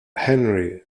henri